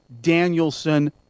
Danielson